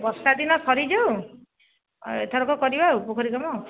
ବର୍ଷା ଦିନ ସରିଯାଉ ଆଉ ଏଥରକ କରିବା ଆଉ ପୋଖରୀ କାମ